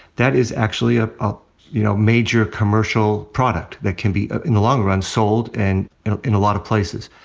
that is actually a ah you know major commercial product that can be, in the long run, sold and in a lot of places.